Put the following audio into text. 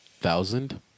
thousand